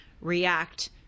react